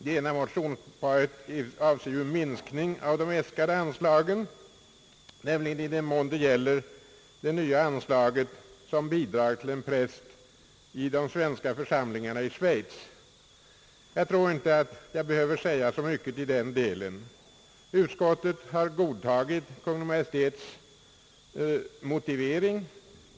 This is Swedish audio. Det ena motionsparet avser minskning av de äskade anslagen, nämligen i den mån det gäller det nya anslaget till avlöningsbidrag för en präst i de svenska församlingarna i Schweiz. Jag tror inte att jag behöver anföra så mycket i den delen. Utskottet har godtagit Kungl. Maj:ts motivering.